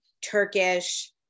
Turkish